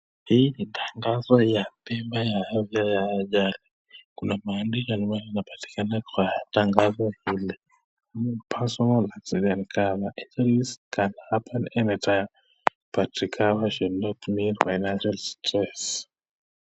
Hii ni tangazo ya bima ya afya ya ajali, kuna maandishi ambayo inapatikana kwa tangazo hili personal accident cover, injuries can happen any time but recovery shouldn't mean financial stress .